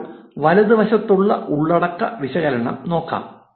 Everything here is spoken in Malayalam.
ഇപ്പോൾ വലതുവശത്തുള്ള ഉള്ളടക്ക വിശകലനം നോക്കാം